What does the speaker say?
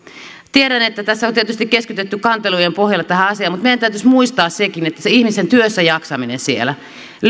tiedän että tässä on tietysti keskitytty kantelujen pohjalta tähän asiaan mutta meidän täytyisi muistaa se ihmisen työssäjaksaminenkin siellä